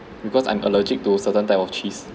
because I'm allergic to certain type of cheese